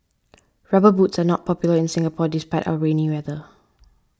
rubber boots are not popular in Singapore despite our rainy weather